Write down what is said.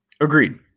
Agreed